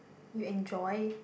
you enjoy